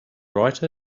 write